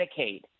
Medicaid